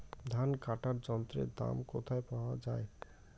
ধান কাটার যন্ত্রের দাম কোথায় পাওয়া যায়?